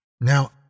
Now